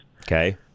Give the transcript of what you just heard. okay